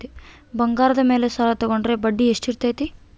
ಬಂಗಾರದ ಮೇಲೆ ಸಾಲ ತೋಗೊಂಡ್ರೆ ಬಡ್ಡಿ ಎಷ್ಟು ಇರ್ತೈತೆ?